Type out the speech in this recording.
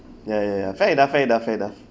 ya ya ya fair enough fair enough fair enough